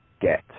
get